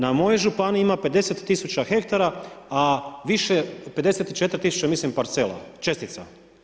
Na mojoj županiji ima 50 000 hektara a više 54 000 mislim parcela, čestica.